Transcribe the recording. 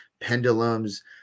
pendulums